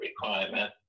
requirement